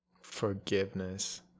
Forgiveness